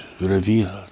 revealed